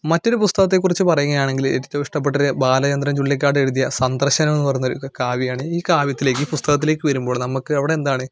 മറ്റൊരു പുസ്തകത്തെക്കുറിച്ച് പറയുകയാണെങ്കില് ഏറ്റവും ഇഷ്ടപ്പെട്ടൊരു ബാലചന്ദ്രൻ ചുള്ളിക്കാടെഴുതിയ സന്ദർശനം എന്ന് പറയുന്നൊരു കാവ്യമാണ് ഈ കാവ്യത്തിലേക്ക് ഈ പുസ്തകത്തിലേക് വരുമ്പോൾ നമുക്ക് അവിടെ എന്താണ്